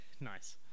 Nice